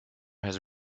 has